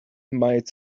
might